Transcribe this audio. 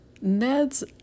Ned's